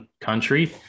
country